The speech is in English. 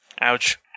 Ouch